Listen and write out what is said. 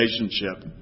relationship